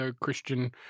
Christian